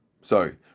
Sorry